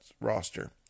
roster